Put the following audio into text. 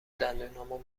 دندونامو